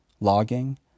logging